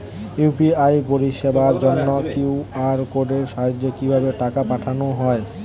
UPI পরিষেবার জন্য QR কোডের সাহায্যে কিভাবে টাকা পাঠানো হয়?